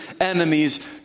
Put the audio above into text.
enemies